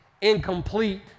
incomplete